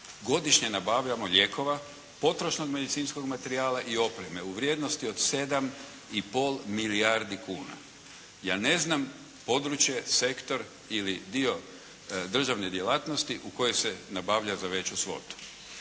godišnje nabavljamo lijekova, potrošnog medicinskog materijala i opreme u vrijednosti od 7 i pol milijardi kuna. Ja ne znam područje, sektor ili dio državne djelatnosti u kojoj se nabavlja za veću svotu.